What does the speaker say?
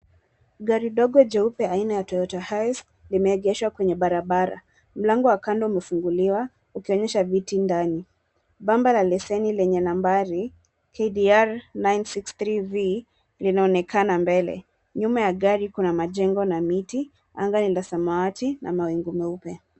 Gari dogo jeupe aina ya Toyota Hiace limeegeshwa kwenye barabara. Mlango wa kando umefunguliwa ukionyesha viti ndani. Bamba la leseni lenye nambari KDR nine six three V linaonekana mbele. Nyuma ya gari kuna majengo na miti, anga ni la samwati na mawingu meupe.